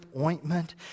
ointment